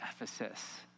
Ephesus